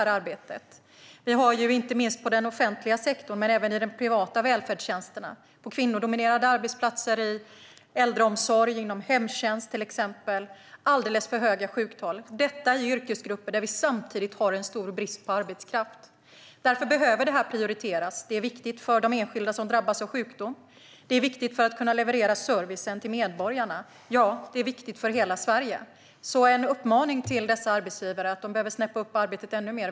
Vi har alldeles för höga sjuktal inom inte minst den offentliga sektorn, men även inom de privata välfärdstjänsterna - kvinnodominerade arbetsplatser, i äldreomsorg och till exempel hemtjänst. Det är samtidigt stor brist på arbetskraft i dessa yrkesgrupper. Därför behöver det här prioriteras. Det är viktigt för de enskilda som drabbas av sjukdom. Det är viktigt för att kunna leverera servicen till medborgarna. Det är viktigt för hela Sverige. En uppmaning till dessa arbetsgivare är alltså att de behöver trappa upp arbetet ännu mer.